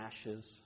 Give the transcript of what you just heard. ashes